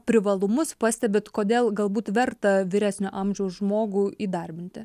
privalumus pastebit kodėl galbūt verta vyresnio amžiaus žmogų įdarbinti